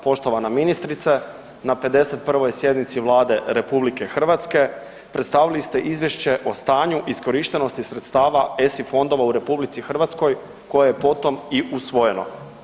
Poštovana ministrice, na 51. sjednici Vlade RH predstavili ste izvješće o stanju iskorištenosti sredstava ESI fondova u RH koje je potom i usvojeno.